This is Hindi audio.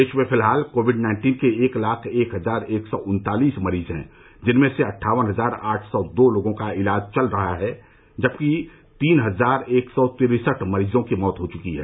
देश में फिलहाल कोविड नाइन्टीन के एक लाख एक हजार एक सौ उन्तालीस मरीज हैं जिनमें से अट्ठावन हजार आठ सौ दो लोगों का इलाज चल रहा है जबकि तीन हजार एक सौ तिरसढ मरीजों की मौत हो चुकी है